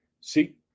See